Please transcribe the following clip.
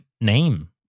name